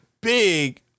big